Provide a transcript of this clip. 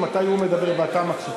ומתי הוא מדבר ואתה מקשיב.